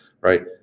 Right